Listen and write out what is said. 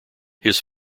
his